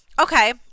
okay